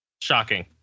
Shocking